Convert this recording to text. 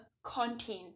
Content